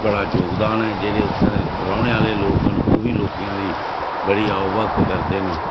बड़ा जोगदान ऐ जेह्ड़े उत्थें दे रौह्ने आह्ले लोक न ओह् बी लोकें दी बड़ी आओभगत करदे न